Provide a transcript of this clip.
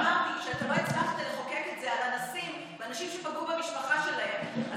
רק אמרתי שאתה לא הצלחת לחוקק את זה על אנסים ואנשים שפגעו במשפחה שלהם,